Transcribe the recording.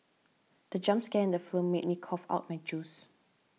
the jump scare in the film made me cough out my juice